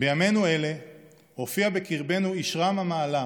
"בימינו אלה הופיע בקרבנו איש רם המעלה,